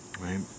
right